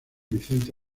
vicente